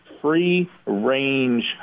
free-range